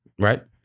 Right